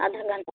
आधा घंटा